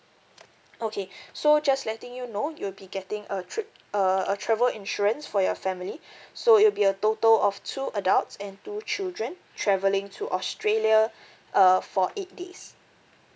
okay so just letting you know you will be getting a trip a a a travel insurance for your family so it will be a total of two adults and two children travelling to australia uh for eight days